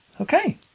Okay